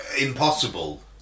impossible